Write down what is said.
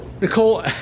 Nicole